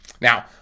Now